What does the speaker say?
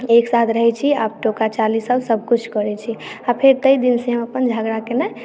एकसाथ रहै छी आब टोकाचाली सब सब कुछ करै छी आ फेर तै दिन से हम झगड़ा केनाइ